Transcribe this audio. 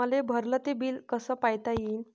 मले भरल ते बिल कस पायता येईन?